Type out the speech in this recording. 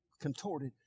contorted